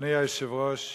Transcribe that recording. אדוני היושב-ראש,